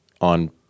on